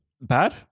Bad